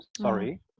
sorry